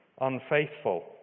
unfaithful